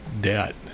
debt